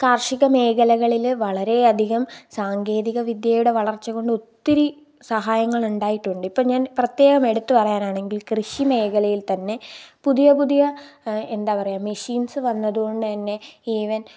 കാര്ഷികമേഖലകളിൽ വളരെ അധികം സങ്കേതികവിദ്യയുടെ വളര്ച്ചകൊണ്ട് ഒത്തിരി സഹായങ്ങളുണ്ടായിട്ടുണ്ട് ഇപ്പം ഞാൻ പ്രത്യേകമെടുത്തു പറയാനാണെങ്കിൽ കൃഷിമേഖലയില് തന്നെ പുതിയ പുതിയ എന്താണ് പറയുക മെഷീൻസ് വന്നതുകൊണ്ടു തന്നെ ഈവൻ